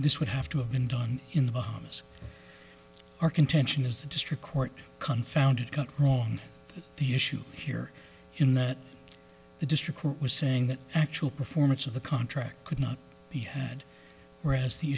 this would have to have been done in the bahamas our contention is the district court confounded control the issue here in that the district court was saying that actual performance of the contract could not be had whereas the